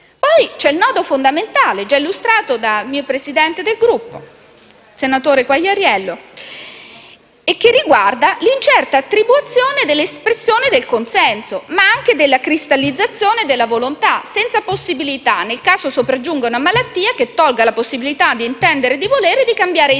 poi il nodo fondamentale già illustrato dal Presidente del mio Gruppo, il senatore Quagliariello, che riguarda l'incerta attribuzione dell'espressione del consenso, ma anche della cristallizzazione della volontà senza possibilità, nel caso sopraggiunga una malattia che tolga la possibilità di intendere e di volere, di cambiare idea,